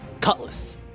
cutlass